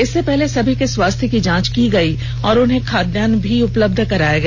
इससे पहले सभी के स्वास्थ्य की जांच की गयी और उन्हें खादयान भी उपलब्ध कराया गया